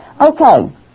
Okay